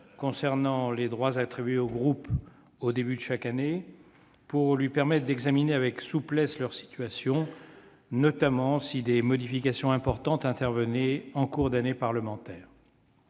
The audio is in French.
concernant les droits attribués aux groupes au début de chaque année, pour lui permettre d'examiner avec souplesse leur situation, notamment si des modifications importantes intervenaient en cours d'année parlementaire.